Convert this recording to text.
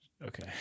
okay